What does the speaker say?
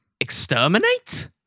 Exterminate